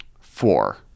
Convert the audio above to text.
Four